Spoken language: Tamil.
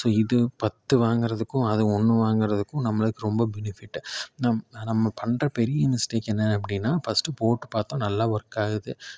ஸோ இது பத்து வாங்குறதுக்கும் அது ஒன்று வாங்குறதுக்கும் நம்மளுக்கு ரொம்ப பெனிஃபிட்டு நம் நம்ம பண்ற பெரிய மிஸ்டேக் என்ன அப்படின்னா ஃபஸ்ட்டு போட்டு பார்த்து நல்லா ஒர்க் ஆகுது